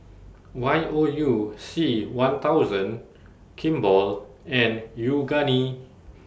Y O U C one thousand Kimball and Yoogane